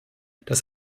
das